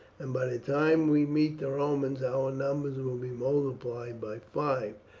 and by the time we meet the romans our numbers will be multiplied by five,